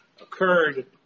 occurred